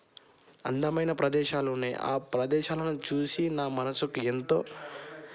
అందమైన ప్రదేశాలు ఉన్నాయి ఆ ప్రదేశాలను చూసి నా మనసుకి ఎంతో